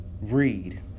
read